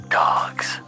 dogs